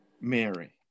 Mary